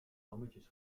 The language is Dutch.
lammetjes